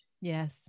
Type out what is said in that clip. Yes